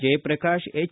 Jayaprakash H